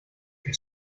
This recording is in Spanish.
que